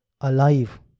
alive